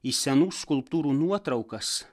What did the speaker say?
į senų skulptūrų nuotraukas